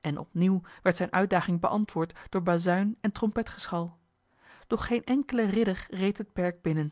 en opnieuw werd zijne uitdaging beantwoord door bazuin en trompetgeschal doch geen enkele ridder reed het perk binnen